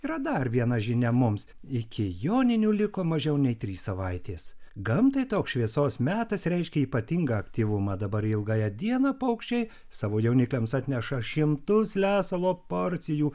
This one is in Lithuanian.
yra dar viena žinia mums iki joninių liko mažiau nei trys savaitės gamtai toks šviesos metas reiškia ypatingą aktyvumą dabar ilgąją dieną paukščiai savo jaunikliams atneša šimtus lesalo porcijų